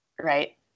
Right